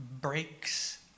breaks